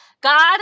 God